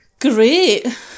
Great